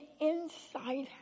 inside